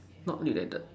not related